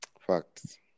Facts